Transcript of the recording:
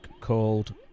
called